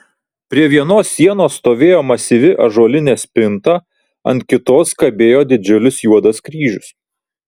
prie vienos sienos stovėjo masyvi ąžuolinė spinta ant kitos kabėjo didžiulis juodas kryžius